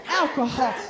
alcohol